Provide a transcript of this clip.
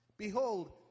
Behold